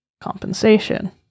compensation